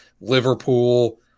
Liverpool